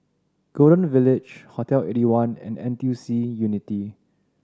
Golden Village Hotel Eighty one and N T U C Unity